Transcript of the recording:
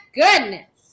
goodness